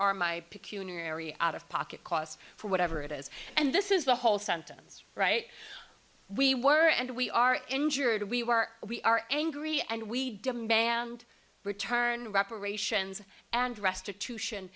area out of pocket costs for whatever it is and this is the whole sentence right we were and we are injured we were are we are angry and we demand return reparations and restitution